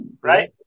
right